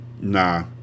Nah